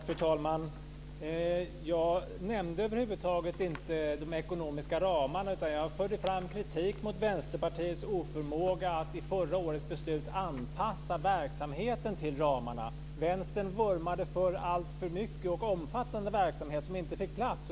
Fru talman! Jag nämnde över huvud taget inte de ekonomiska ramarna, utan jag förde fram kritik mot Vänsterpartiets oförmåga att i förra årets beslut anpassa verksamheten till ramarna. Vänstern vurmade för alltför mycket och omfattande verksamhet som inte fick plats.